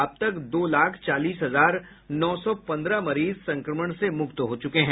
अब तक दो लाख चालीस हजार नौ सौ पंद्रह मरीज संक्रमण से मुक्त हो चुके हैं